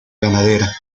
ganadera